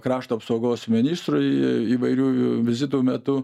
krašto apsaugos ministrui įvairių vizitų metu